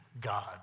God